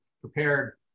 prepared